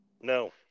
No